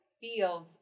feels